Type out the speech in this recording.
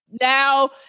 now